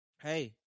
hey